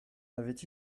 avait